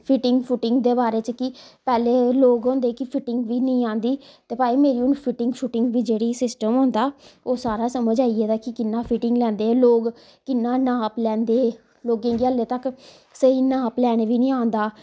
fitting फुटिंग दे बारे च बी पैहले लोग होंदे हे कि फिटिंग बी नेई आंदी ते भाई मेरी हुन फिटिंग शुटिंग दी जेह्ड़ी सिस्टम होंदा ओह् सारा समझ आई गेदा कि कियां फिटिंग लैंदे लोग कियां नाप लैंदे लोकें गी हल्ले तक्क स्हेई नाप लैने बी नी आंदा